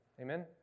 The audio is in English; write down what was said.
Amen